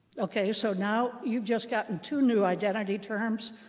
ok, so now, you've just gotten two new identity terms.